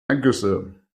ergüsse